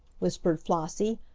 whispered flossie!